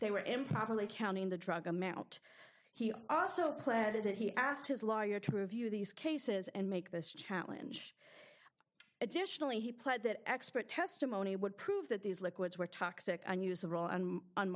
they were improperly counting the drug amount he also said that he asked his lawyer to review these cases and make this challenge additionally he pled that expert testimony would prove that these liquids were toxic and use